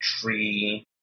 Tree